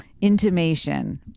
intimation